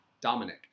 Dominic